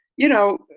you know,